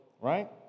Right